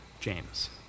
James